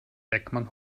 beckmann